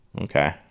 okay